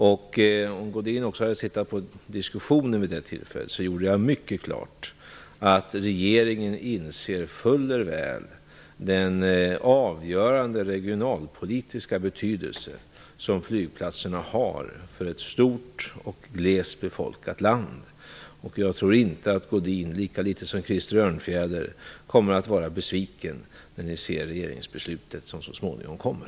Om Godin också hade läst igenom diskussionen vid det förra tillfället, hade han vetat att jag gjorde mycket klart att regeringen fuller väl inser den avgörande regionalpolitiska betydelse som flygplatserna har för ett stort och glest befolkat land. Jag tror inte att Sigge Godin och inte heller Krister Örnfjäder kommer att vara besvikna när de ser det regeringsbeslut som så småningom kommer.